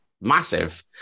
massive